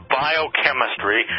biochemistry